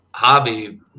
Hobby